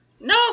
No